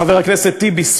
חבר הכנסת טיבי,